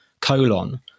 colon